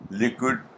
liquid